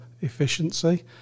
efficiency